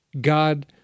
God